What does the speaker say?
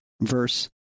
verse